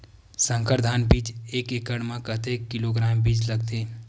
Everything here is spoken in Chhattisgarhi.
संकर धान बीज एक एकड़ म कतेक किलोग्राम बीज लगथे?